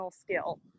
skill